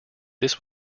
this